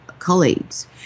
colleagues